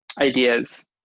ideas